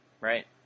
Right